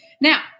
Now